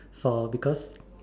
for because